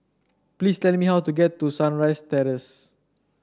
please tell me how to get to Sunrise Terrace